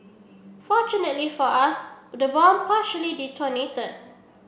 fortunately for us the bomb partially detonated